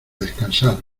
descansar